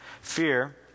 Fear